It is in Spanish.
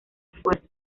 esfuerzo